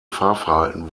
fahrverhalten